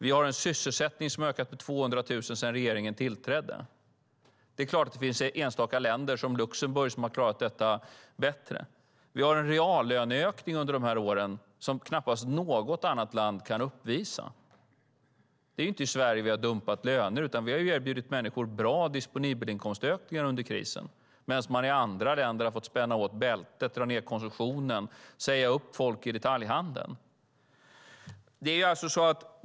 Vi har en sysselsättning som har ökat med 200 000 sedan regeringen tillträdde. Det finns enstaka länder, som Luxemburg, som har klarat detta bättre. Under de här åren har vi haft en reallöneökning som knappast något annat land kan uppvisa. Vi har inte dumpat löner i Sverige, utan vi har erbjudit människor bra disponibelinkomstökningar under krisen, medan man i andra länder har fått spänna åt bältet, dra ned konsumtionen och säga upp folk i detaljhandeln.